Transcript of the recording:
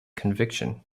conviction